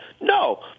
No